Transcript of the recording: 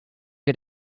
get